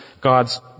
God's